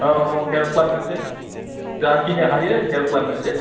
औ औ हेल्प खालामनोसै जाखिनि हायो हेल्प खालामनोसै